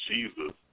Jesus